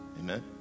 Amen